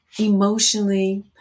Emotionally